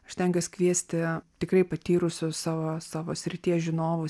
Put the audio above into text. aš stengiuos kviesti tikrai patyrusius savo savo srities žinovus